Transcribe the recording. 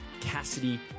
Cassidy